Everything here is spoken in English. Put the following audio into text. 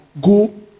go